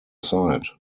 side